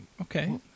okay